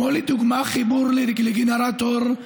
לדוגמה חיבור לגנרטור,